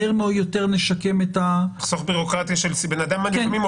מהר מאוד נשקם את ה --- נחסוך בירוקרטיה של בן אדם שהולך